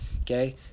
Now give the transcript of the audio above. Okay